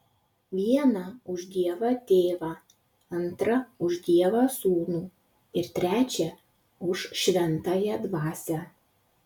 vieną už dievą tėvą antrą už dievą sūnų ir trečią už šventąją dvasią